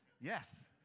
yes